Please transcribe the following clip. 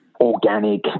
organic